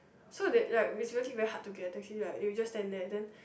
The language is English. so they like it's really very hard to get a taxi right you just stand there and then